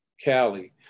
Cali